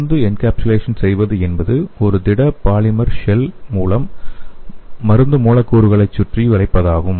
மருந்தை எங்கேப்சுலேசன் செய்வது என்பது ஒரு திட பாலிமர் ஷெல் மூலம் மருந்து மூலக்கூறுகளைச் சுற்றி வளைப்பதாகும்